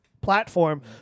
platform